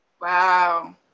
Wow